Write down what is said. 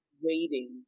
waiting